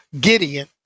Gideon